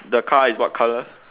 the car is what colour